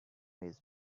his